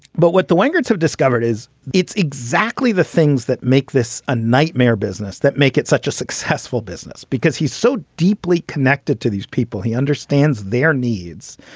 but what the wingers have discovered is it's exactly the things that make this a nightmare business that make it such a successful business because he's so deeply connected to these people. he understands their needs.